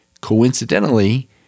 coincidentally